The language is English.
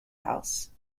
house